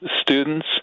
students